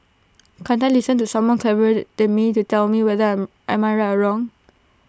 can't I listen to someone clever the than me to tell me whether I am right or wrong